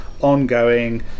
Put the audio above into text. ongoing